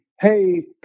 hey